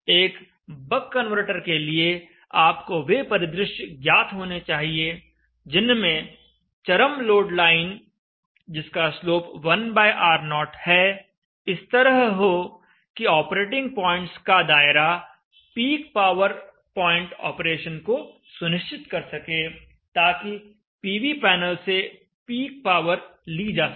एक buck converter के लिए आपको वे परिदृश्य ज्ञात होने चाहिए जिनमें चरम लोड लाइन जिसका स्लोप 1R0 है इस तरह हो कि ऑपरेटिंग पॉइंट्स का दायरा पीक पावर पॉइंट ऑपरेशन को सुनिश्चित कर सके ताकि पीवी पैनल से पीक पावर ली जा सके